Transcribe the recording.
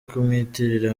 kumwitirira